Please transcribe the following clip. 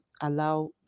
allow